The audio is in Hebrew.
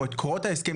או את קורות ההסכם,